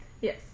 Yes